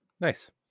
Nice